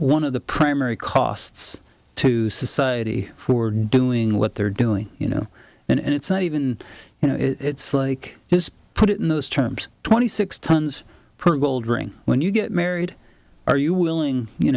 one of the primary costs to society for doing what they're doing you know and it's not even you know it's like it's put it in those terms twenty six tons per gold ring when you get married are you willing you